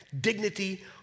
dignity